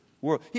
world